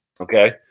Okay